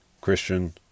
Christian